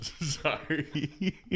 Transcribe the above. Sorry